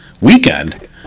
weekend